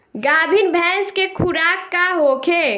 गाभिन भैंस के खुराक का होखे?